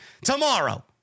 tomorrow